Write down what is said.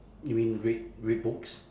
you mean read read books